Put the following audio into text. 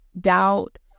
doubt